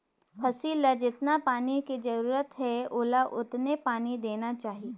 फसल ल जेतना पानी के जरूरत हे ओला ओतने पानी देना चाही